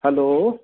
hello